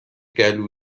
گلو